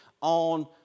on